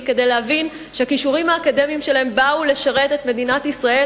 כדי להבין שהכישורים האקדמיים שלהם באו לשרת את מדינת ישראל